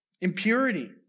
impurity